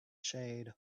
shade